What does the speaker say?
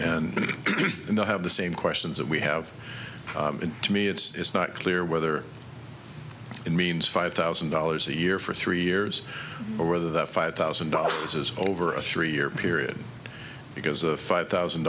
and in the have the same questions that we have and to me it's not clear whether it means five thousand dollars a year for three years or whether that five thousand dollars is over a three year period because a five thousand